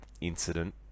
incident